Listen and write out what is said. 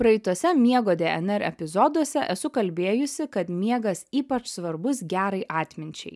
praeituose miego dnr epizoduose esu kalbėjusi kad miegas ypač svarbus gerai atminčiai